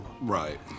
Right